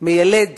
מיילד